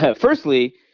firstly